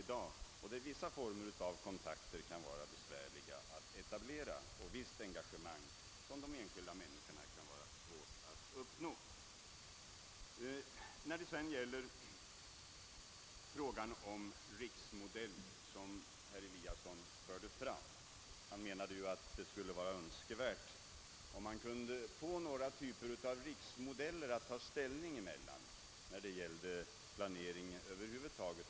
Därför kan det vara besvärligt att etablera kontakter och svårt att engagera de enskilda människor som kommer att bo där. Herr Eliasson menade att det vore önskvärt att man kunde åstadkomma några olika riksmodeller att ta ställning till när det gäller planering över huvud taget.